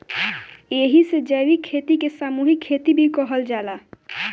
एही से जैविक खेती के सामूहिक खेती भी कहल जाला